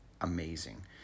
amazing